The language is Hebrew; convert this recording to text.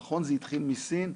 נכון, זה התחיל מסין.